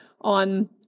on